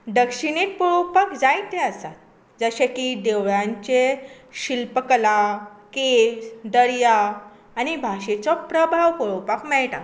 दक्षीणेक पळोवपाक जायतें आसा जशें की देवळांचे शिल्पकला केव्स दर्या आनी भाशेचो प्रभाव पळोपाक मेळटा